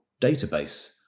database